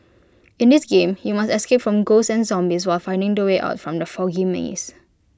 in this game you must escape from ghosts and zombies while finding the way out from the foggy maze